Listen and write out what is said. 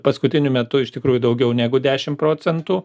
paskutiniu metu iš tikrųjų daugiau negu dešim procentų